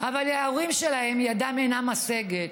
אבל ההורים שלהם, ידם אינה משגת,